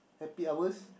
happy hours